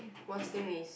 worst thing is